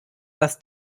das